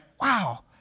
wow